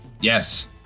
Yes